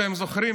אתם זוכרים?